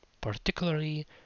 Particularly